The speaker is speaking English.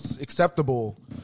acceptable